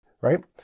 right